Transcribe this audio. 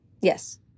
Yes